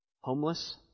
homeless